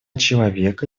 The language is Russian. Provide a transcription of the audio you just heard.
человека